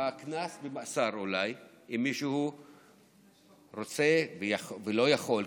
הקנס במאסר אולי, אם מישהו רוצה ולא יכול.